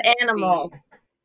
animals